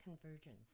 convergence